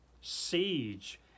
siege